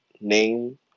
name